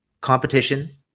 competition